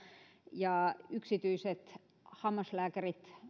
ja yksityiset hammaslääkärit